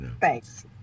Thanks